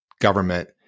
government